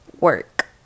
work